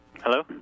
Hello